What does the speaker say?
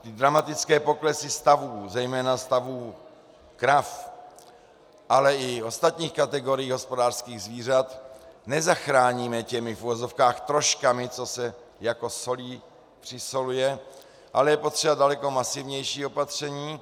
Ty dramatické poklesy stavů, zejména stavů krav, ale i ostatních kategorií hospodářských zvířat, nezachráníme těmi v uvozovkách troškami, co se jako solí přisoluje, ale je potřeba daleko masivnější opatření.